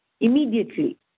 immediately